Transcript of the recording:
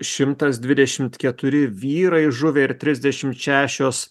šimtas dvidešimt keturi vyrai žuvę ir trisdešimt šešios